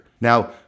Now